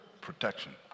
protection